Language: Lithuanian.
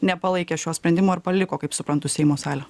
nepalaikė šio sprendimo ir paliko kaip suprantu seimo salę